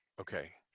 Okay